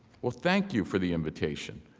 well thank you for the invitation.